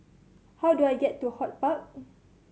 how do I get to HortPark